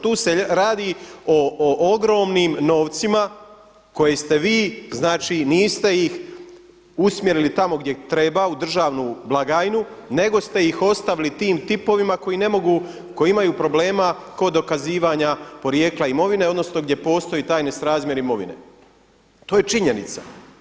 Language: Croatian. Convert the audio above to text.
Tu se radi o ogromnim novcima koje ste vi, znači niste ih usmjerili tamo gdje treba u državnu blagajnu nego ste ih ostavili tim tipovima koji ne mogu, koji imaju problema kod dokazivanja porijekla imovine, odnosno gdje postoji taj nesrazmjer imovine, to je činjenica.